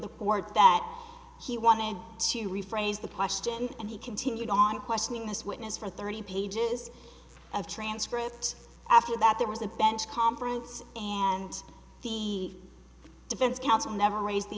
the board that he wanted to rephrase the question and he continued on questioning this witness for thirty pages of transcript after that there was a bench conference and the defense counsel never raised the